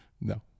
No